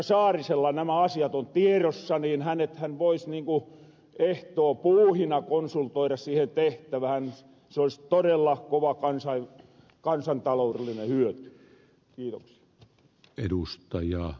saarisella nämä asiat on tierossa niin hänethän vois ehtoopuuhina konsultoida siihen tehtävähän se olis todella kova kansantalourellinen hyöty